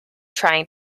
trying